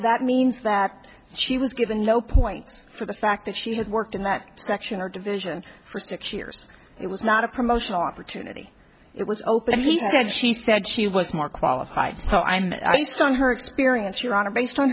that means that she was given low points for the fact that she had worked in that section or division for six years it was not a promotional opportunity it was open he said she said she was more qualified so i mean i start her experience your honor based on